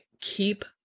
keep –